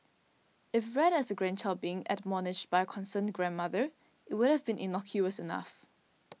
if read as a grandchild being admonished by a concerned grandmother it would have been innocuous enough